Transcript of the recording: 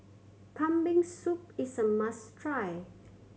Kambing Soup is a must try